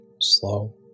slow